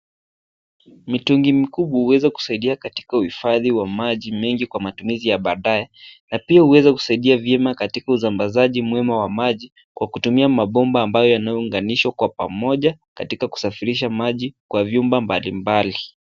Mitungi mikubwa uweza kusaidia katika uhifadhi wa maji mengi kwa matumizi ya baadaye na pia uweza kusaidia vyema katika usambazaji mwema wa maji kwa kutumia mabomba ambayo yanauganishwa kwa pamoja katika kusafirisha maji kwa vyumba mbalimbali.